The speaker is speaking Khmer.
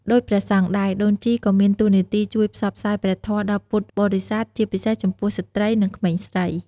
ដូចព្រះសង្ឃដែរ ដូនជីក៏មានតួនាទីជួយ ផ្សព្វផ្សាយព្រះធម៌ ដល់ពុទ្ធបរិស័ទ ជាពិសេសចំពោះស្ត្រី និងក្មេងស្រី។